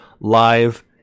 live